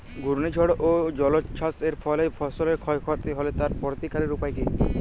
ঘূর্ণিঝড় ও জলোচ্ছ্বাস এর ফলে ফসলের ক্ষয় ক্ষতি হলে তার প্রতিকারের উপায় কী?